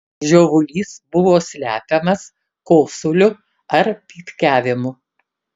žiovulys buvo slepiamas kosuliu ar pypkiavimu